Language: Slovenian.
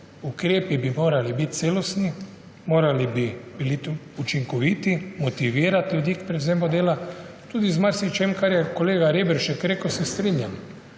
Ukrepi bi morali biti celostni, morali bi biti učinkoviti, motivirati ljudi k prevzemu dela. Tudi z marsičim, kar je kolega Reberšek rekel, se strinjam,